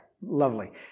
Lovely